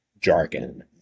jargon